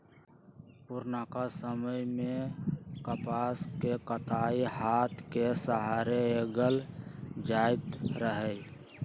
पुरनका समय में कपास के कताई हात के सहारे कएल जाइत रहै